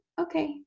okay